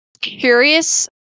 curious